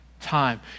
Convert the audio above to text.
time